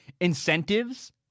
incentives